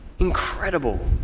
Incredible